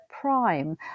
prime